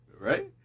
right